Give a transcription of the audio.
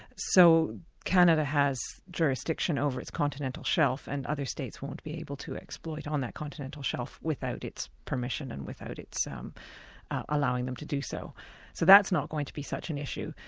so canada has jurisdiction over its continental shelf, and other states won't be able to exploit on that continental shelf without its permission and without its um allowing them to do so. so that's not going to be such an issue.